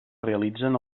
realitzen